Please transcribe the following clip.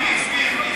מי הכניס?